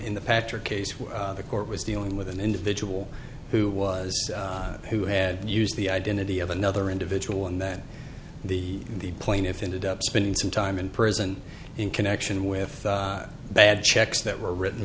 in the patrick case where the court was dealing with an individual who was who had used the identity of another individual and that the the plaintiff ended up spending some time in prison in connection with bad checks that were written